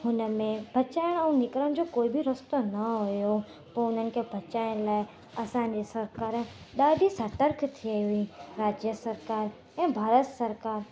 हुनमें बचाइण ऐं निकिरण जो कोइ बि रुस्तो न हुयो पोइ हुननि खे बचाइन लाइ असांजी सरकार ॾाढी सतर्क थी वई हुई राज्य सरकार ऐं भारत सरकार